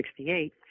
1968